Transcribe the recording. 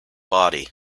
body